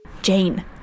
Jane